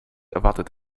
erwartet